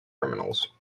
criminals